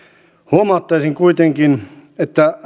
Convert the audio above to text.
huomauttaisin kuitenkin että